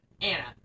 Anna